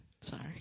sorry